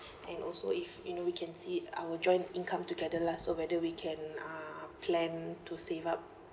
and also if you know we can see our joint income together lah so whether we can uh plan to save up